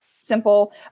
simple